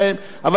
אבל דעו לכם,